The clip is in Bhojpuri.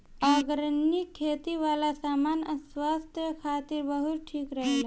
ऑर्गनिक खेती वाला सामान स्वास्थ्य खातिर बहुते ठीक रहेला